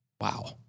Wow